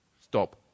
stop